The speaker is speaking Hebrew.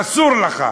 אסור לך.